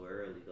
early